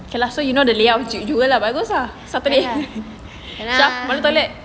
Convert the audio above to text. okay lah so you know the layout of jewel lah bagus ah saturday syaf mana toilet